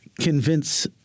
convince